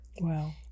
wow